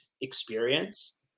experience